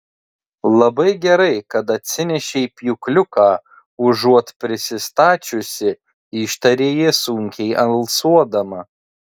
labai gerai kad atsinešei pjūkliuką užuot prisistačiusi ištarė ji sunkiai alsuodama